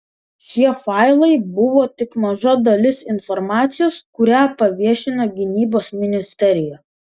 šie failai buvo tik maža dalis informacijos kurią paviešino gynybos ministerija